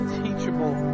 teachable